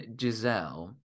Giselle